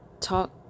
talk